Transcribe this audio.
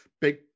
big